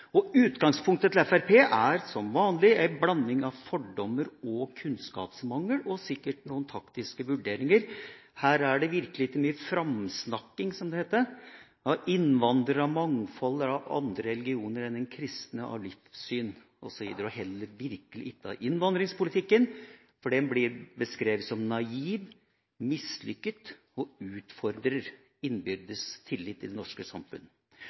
trukket. Utgangspunktet til Fremskrittspartiet er som vanlig en blanding av fordommer, kunnskapsmangel og sikkert noen taktiske vurderinger. Her er det virkelig ikke mye framsnakking, som det heter, av innvandrere, av mangfold, av andre religioner enn den kristne, av livssyn osv., og heller ikke av innvandringspolitikken, for den blir beskrevet som «naiv og mislykket og utfordrer den innbyrdes tilliten i det norske